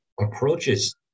approaches